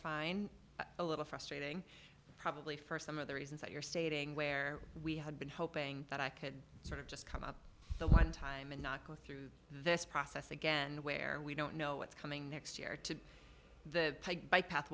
fine a little frustrating probably for some of the reasons that you're stating where we had been hoping that i could sort of just come up the one time and not go through this process again where we don't know what's coming next year to the bike path